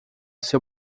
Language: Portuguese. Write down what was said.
seu